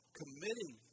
committing